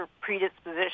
predisposition